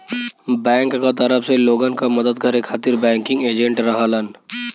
bank क तरफ से लोगन क मदद करे खातिर बैंकिंग एजेंट रहलन